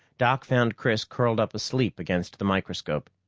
doc found chris curled up asleep against the microscope.